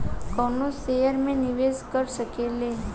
कवनो शेयर मे निवेश कर सकेल